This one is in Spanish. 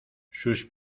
sus